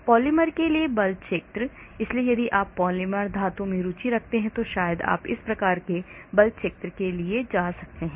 polymer के लिए बल क्षेत्र इसलिए यदि आप पॉलिमर धातुओं में रुचि रखते हैं तो शायद आप इस प्रकार के बल क्षेत्र के लिए जा सकते हैं